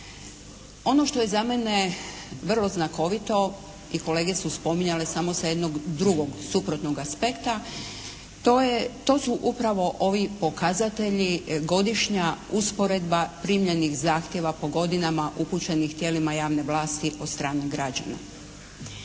Ono što je za mene vrlo znakovito i kolege su spominjale samo sa jednog drugog suprotnog aspekta, to su upravo ovi pokazatelji godišnja usporedba primljenih zahtjeva po godinama upućenih tijelima javne vlasti od strane građana.